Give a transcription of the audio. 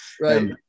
right